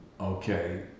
Okay